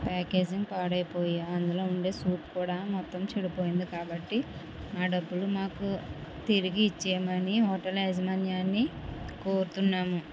packaging పాడైపోయి అందులో ఉన్న సూప్ కూడా మొత్తం చెడిపోయింది కాబట్టి మా డబ్బులు మాకు తిరిగి ఇవ్వమని హోటల్ యాజమాన్యాన్ని కోరుతున్నాము